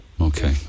okay